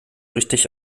richtig